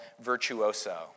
virtuoso